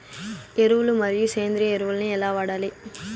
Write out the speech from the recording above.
ఎరువులు మరియు సేంద్రియ ఎరువులని ఎలా వాడాలి?